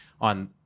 on